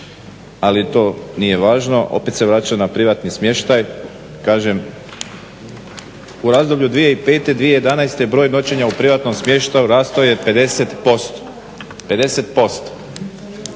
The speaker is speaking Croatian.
ali to nije važno. Opet se vraćam na privatni smještaj. Kažem u razdoblju 2005.-2011. broj noćenja u privatnom smještaju rastao je 50%, 50%